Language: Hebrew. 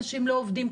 אנשים לא עובדים,